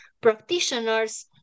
practitioners